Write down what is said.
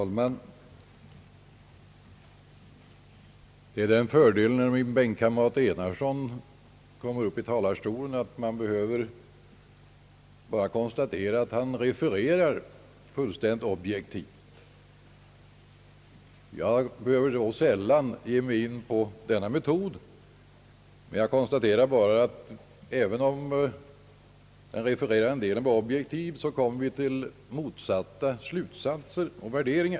Herr talman! Fördelen när min bänkkamrat herr Enarsson går upp i talar stolen är att man bara behöver konstatera att han refererar fullständigt objektivt. Själv behöver jag då inte göra något referat. Men även om herr Enarssons referat var objektivt, så kommer vi till motsatta slutsatser och värderingar.